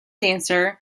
dancer